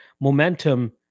momentum